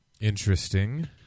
interesting